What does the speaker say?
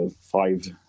five